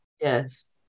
Yes